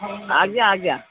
ଆଜ୍ଞା ଆଜ୍ଞା